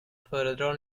föredrar